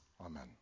amen